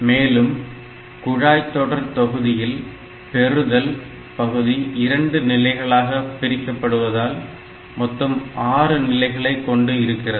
மேலும் குழாய் தொடர் தொகுதியில் பெறுதல் பகுதி இரண்டு நிலைகளாக பிரிக்கபடுவதால் மொத்தம் ஆறு நிலைகளை கொண்டு இருக்கிறது